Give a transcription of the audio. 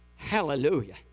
Hallelujah